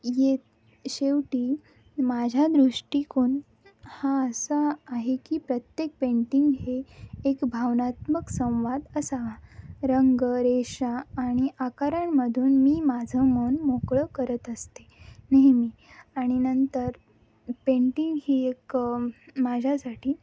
य शेवटी माझ्या दृष्टिकोन हा असा आहे की प्रत्येक पेंटिंग हे एक भावनात्मक संवाद असावा रंग रेषा आणि आकारांमधून मी माझं मन मोकळं करत असते नेहमी आणि नंतर पेंटिंग ही एक माझ्यासाठी